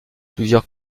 plusieurs